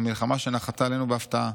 המלחמה שנחתה עלינו בהפתעה.